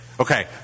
Okay